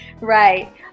right